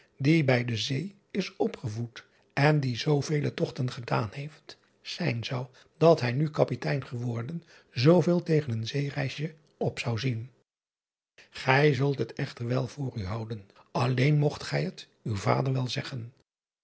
die bij dee zee is opgevoed en zoovele togten gedaan heeft zijn zou dat hij nu apitein geworden zooveel tegen een zeereisje op zou zien ij zult het echter wel voor u houden alleen moogt gij het uw vader wel zeggen